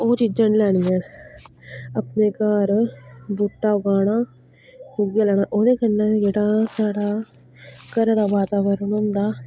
ओह् चीजां नी लैनियां अपने घर बूह्टा लाना उ'यै लाना ओह्दे कन्नै बी जेह्ड़ा साढ़ा घरा दा वातावरण होंदा